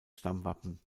stammwappen